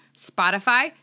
Spotify